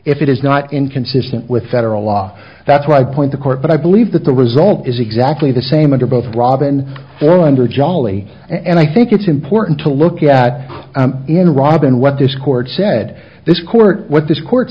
if it is not inconsistent with federal law that's why i point the court but i believe that the result is exactly the same under both robin four hundred jolly and i think it's important to look at in robin what this court said this court